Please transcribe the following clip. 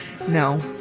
No